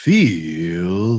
Feel